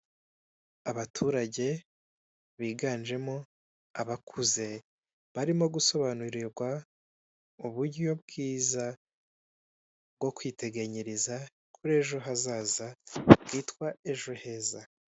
Abaturage biganjemo abakuze, barimo gusobanurirwa uburyo bwiza bwo kwiteganyiriza kur'ejo hazaza bwitwa ejo heza.